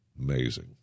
Amazing